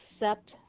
accept